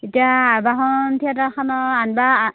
এতিয়া আৱাহন থিয়েটাৰখনৰ আনবা